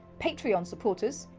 patreon supporters,